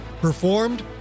Performed